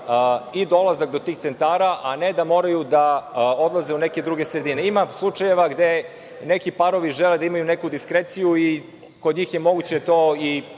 i dolazak do tih centara a ne da moraju da odlaze u neke druge sredine. Ima slučajeva gde neki parovi žele da imaju neku diskreciju i kod njih je moguće to i